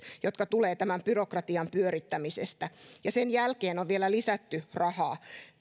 jotka tulevat tämän byrokratian pyörittämisestä ja sen jälkeen on vielä lisätty rahaa